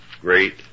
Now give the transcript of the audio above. great